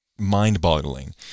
mind-boggling